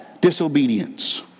disobedience